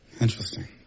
Interesting